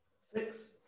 Six